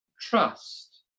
trust